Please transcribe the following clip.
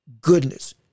goodness